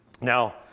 Now